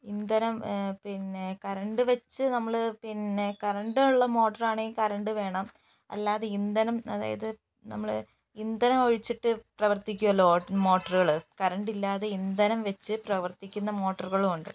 ഇന്ധനം പിന്നെ കരണ്ട് വച്ച് നമ്മൾ പിന്നെ കറണ്ടുള്ള മോട്ടറാണെങ്കിൽ കരണ്ട് വേണം അല്ലാതെ ഇന്ധനം അതായത് നമ്മൾ ഇന്ധനം ഒഴിച്ചിട്ട് പ്രവർത്തിക്കുമല്ലോ മോട്ടറുകൾ കറണ്ടില്ലാതെ ഇന്ധനം വച്ച് പ്രവർത്തിക്കുന്ന മോട്ടറുകളും ഉണ്ട്